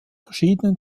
verschiedenen